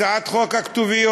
הצעת חוק הכתוביות.